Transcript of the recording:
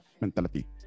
mentality